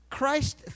Christ